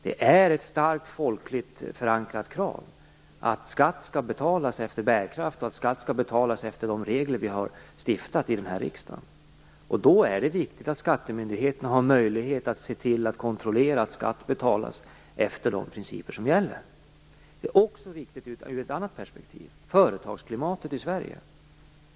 Det är ett starkt folkligt förankrat krav att skatt skall betalas efter bärkraft och efter de regler som vi har stiftat i riksdagen. Då är det viktigt att skattemyndigheten har möjlighet att kontrollera att skatt betalas efter de principer som gäller. Det är också viktigt från ett annat perspektiv, nämligen för företagsklimatet i Sverige.